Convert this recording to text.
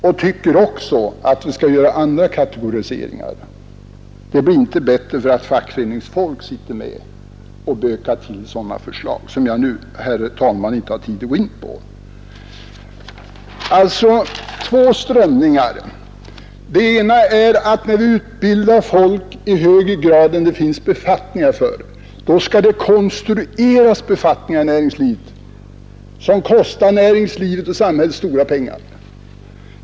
Han tycker också att vi skall göra andra kategoriseringar — det blir inte bättre för att fackföreningsfolk sitter med och bökar till förslag. Jag har, herr talman, inte nu tid att gå in mera på detta. Det finns alltså två strömningar. Den ena är att vi skall utbilda folk i högre grad än det finns befattningar och sedan konstruera befattningar i näringslivet som kostar näringslivet och samhället stora pengar.